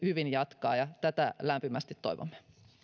hyvin jatkaa ja tätä lämpimästi toivomme